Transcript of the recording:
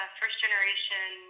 first-generation